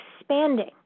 expanding